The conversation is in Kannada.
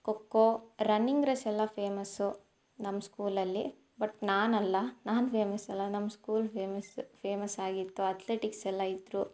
ಕೊಕ್ಕೋ ರನ್ನಿಂಗ್ ರೇಸ್ ಎಲ್ಲ ಫೇಮಸ್ಸು ನಮ್ಮ ಸ್ಕೂಲಲ್ಲಿ ಬಟ್ ನಾನಲ್ಲ ನಾನು ಫೇಮಸ್ ಅಲ್ಲ ನಮ್ಮ ಸ್ಕೂಲ್ ಫೇಮಸ್ಸು ಫೇಮಸ್ ಆಗಿತ್ತು ಅಥ್ಲೆಟಿಕ್ಸ್ ಎಲ್ಲ ಇದ್ದರು